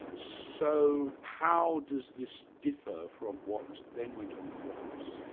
so how does this differ from what then went on in france?